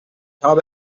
habe